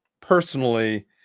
personally